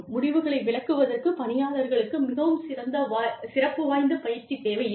முடிவுகளை விளக்குவதற்கு பணியாளர்களுக்கு மிகவும் சிறப்பு வாய்ந்த பயிற்சி தேவையில்லை